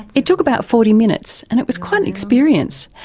it took about forty minutes and it was quite an experience.